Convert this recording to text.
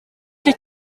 cyo